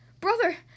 Brother